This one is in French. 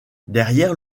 derrière